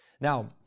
Now